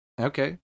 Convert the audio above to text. Okay